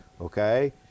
okay